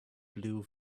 blue